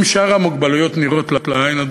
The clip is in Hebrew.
אם שאר המוגבלויות נראות לעין,